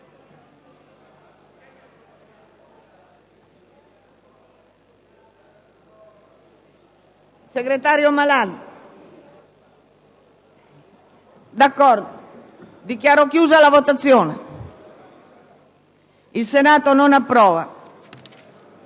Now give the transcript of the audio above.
**Il Senato non approva.**